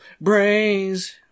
brains